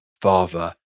father